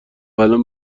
الان